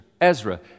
Ezra